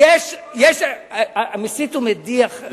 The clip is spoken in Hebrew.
מסית ומדיח.